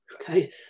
Okay